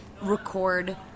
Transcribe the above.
record